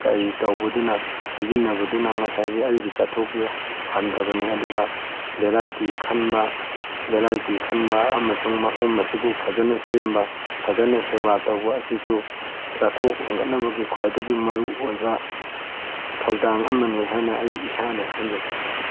ꯀꯔꯤ ꯇꯧꯕꯗꯨꯅ ꯁꯤꯖꯤꯟꯅꯕꯗꯨꯅ ꯉꯁꯥꯏꯒꯤ ꯑꯩꯒꯤ ꯆꯥꯊꯣꯛꯁꯦ ꯍꯟꯊꯕꯅꯤ ꯑꯗꯨꯒ ꯚꯦꯔꯥꯏꯇꯤ ꯈꯟꯕ ꯚꯦꯔꯥꯏꯇꯤ ꯈꯟꯕ ꯑꯃꯁꯨꯡ ꯃꯐꯝ ꯑꯁꯤꯕꯨ ꯐꯖꯅ ꯁꯦꯝꯕ ꯐꯖꯅ ꯁꯦꯕꯥ ꯇꯧꯕ ꯑꯁꯤꯁꯨ ꯆꯥꯊꯣꯛ ꯍꯦꯟꯒꯠꯅꯕꯒꯤ ꯈ꯭ꯋꯥꯏꯗꯒꯤ ꯃꯔꯨ ꯑꯣꯏꯕ ꯊꯧꯗꯥꯡ ꯑꯃꯅꯤ ꯍꯥꯏꯅ ꯑꯩ ꯏꯁꯥꯅ ꯈꯟꯖꯩ